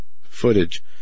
footage